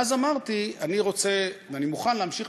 ואז אמרתי: אני רוצה ואני מוכן להמשיך